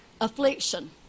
affliction